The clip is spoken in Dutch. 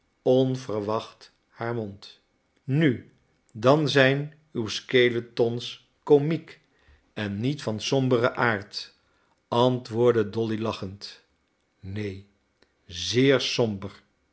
onverwacht haar mond nu dan zijn uw skeletons komiek en niet van somberen aard antwoordde dolly lachend neen zeer somber